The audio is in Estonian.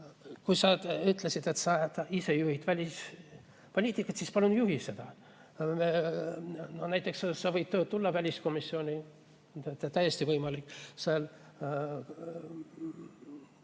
kui sa ütlesid, et sa ise juhid välispoliitikat, siis palun juhi seda! Näiteks sa võid tulla väliskomisjoni, see on täiesti võimalik.